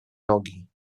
nogi